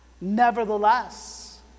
Nevertheless